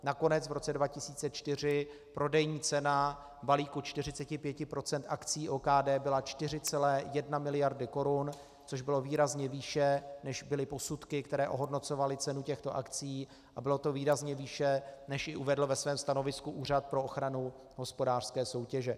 Nakonec v roce 2004 prodejní cena balíku 45 % akcií OKD byla 4,1 mld. korun, což bylo výrazně výše, než byly posudky, které ohodnocovaly cenu těchto akcií, a bylo to výrazně výše, než ji uvedl ve svém stanovisku Úřad pro ochranu hospodářské soutěže.